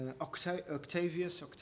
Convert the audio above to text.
Octavius